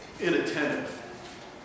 inattentive